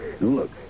Look